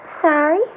Sorry